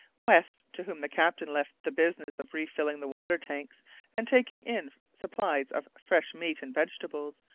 west, to whom the captain left the business of refilling the water tanks and taking in supplies of fresh meat and vegetables,